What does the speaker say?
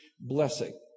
blessing